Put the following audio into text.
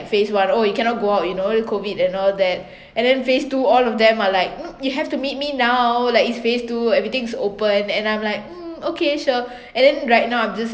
phase one oh you cannot go out you know COVID and all that and then phase two all of them are like um you have to meet me now like it's phase two everything's open and I'm like um okay sure and then right now I'm just